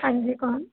ਹਾਂਜੀ ਕੌਣ